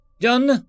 John